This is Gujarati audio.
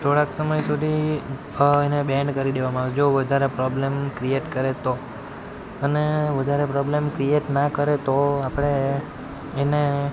થોડાક સમય સુધી એને બેન કરી દેવામાં આવે જો વધારે પ્રોબ્લેમ ક્રિએટ કરે તો અને વધારે પ્રોબ્લેમ ક્રિએટ ના કરે તો આપણે એને